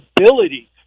ability